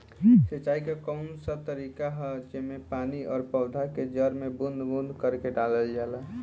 सिंचाई क कउन सा तरीका ह जेम्मे पानी और पौधा क जड़ में बूंद बूंद करके डालल जाला?